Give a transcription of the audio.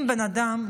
אם בן אדם,